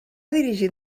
dirigit